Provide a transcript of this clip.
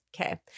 okay